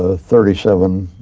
ah thirty seven,